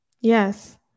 Yes